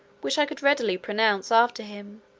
which i could readily pronounce after him,